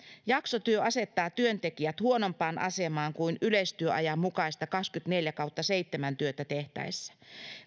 jaksotyö asettaa työntekijät huonompaan asemaan kuin yleistyöajan mukaista kaksikymmentäneljä kautta seitsemän työtä tehtäessä